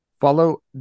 Follow